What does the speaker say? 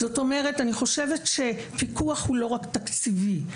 אני חושבת שפיקוח הוא לא רק תקציבי.